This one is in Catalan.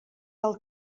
del